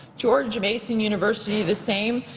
george mason university, the same,